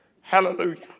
Hallelujah